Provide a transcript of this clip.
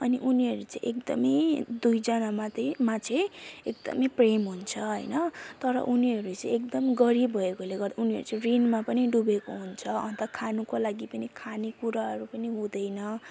अनि उनीहरू चाहिँ एकदमै दुईजनामा तै मा चाहिँ एकदमै प्रेम हुन्छ होइन तर उनीहरू चाहिँ एकदम गरीब भएकोले गर्दा उनीहरू चाहिँ ऋणमा पनि डुबेको हुन्छ अन्त खानुको लागि पनि खाने कुराहरू पनि हुँदैन